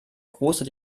große